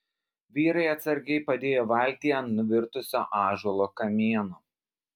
vyrai atsargiai padėjo valtį ant nuvirtusio ąžuolo kamieno